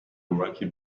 rocky